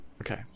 Okay